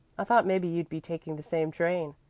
i thought maybe you'd be taking the same train,